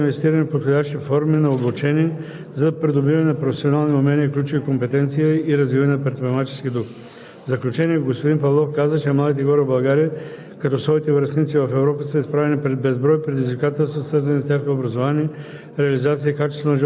членове на професионална организация. Очертава се необходимост от подобряване координацията между институциите за повишаване ефективността от мерките за ранно кариерно ориентиране, както и инвестиране в подходящи форми на обучение за придобиване на професионални умения и ключови компетенции и развиване на предприемачески дух.